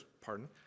pardon